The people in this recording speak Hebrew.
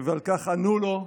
ועל כך ענו לו: